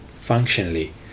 Functionally